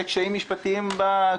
היא אמרה שיש קשיים משפטיים שעולים